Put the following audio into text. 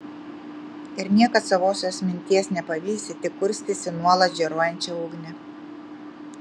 ir niekad savosios minties nepavysi tik kurstysi nuolat žėruojančią ugnį